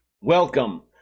welcome